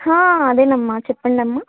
అదే అమ్మ చెప్పండమ్మ